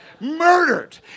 murdered